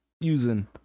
using